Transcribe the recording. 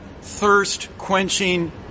thirst-quenching